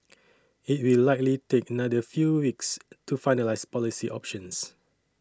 it will likely take another few weeks to finalise policy options